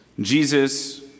Jesus